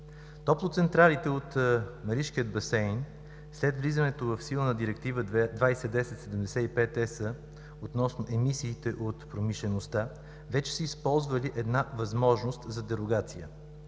Топлоцентралите от Маришкия басейн след влизането в сила на Директива 2010/75 ЕС относно емисиите от промишлеността вече са използвали една възможност за дерогация.